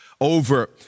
over